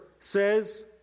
says